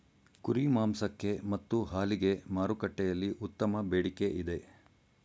ಕುರಿ ಮಾಂಸಕ್ಕೆ ಮತ್ತು ಹಾಲಿಗೆ ಮಾರುಕಟ್ಟೆಯಲ್ಲಿ ಉತ್ತಮ ಬೇಡಿಕೆ ಇದೆ